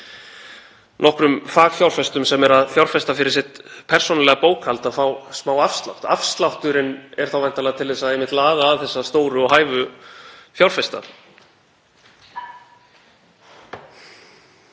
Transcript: nokkrum fagfjárfestum sem eru að fjárfesta fyrir sitt persónulega bókhald að fá smáafslátt. Afslátturinn er þá væntanlega til þess einmitt að laða að þessa stóru og hæfu fjárfesta.